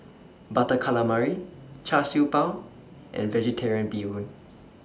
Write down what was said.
Butter Calamari Char Siew Bao and Vegetarian Bee Hoon